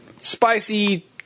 spicy